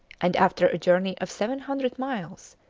and after a journey of seven hundred miles,